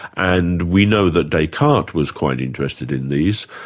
and we know that descartes was quite interested in these.